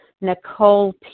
Nicole